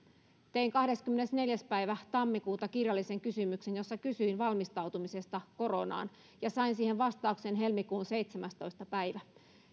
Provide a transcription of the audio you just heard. tein kahdeskymmenesneljäs päivä tammikuuta kirjallisen kysymyksen jossa kysyin valmistautumisesta koronaan ja sain siihen vastauksen helmikuun seitsemästoista päivä